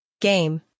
game